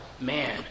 man